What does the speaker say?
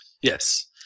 Yes